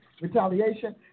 retaliation